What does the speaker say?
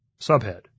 SUBHEAD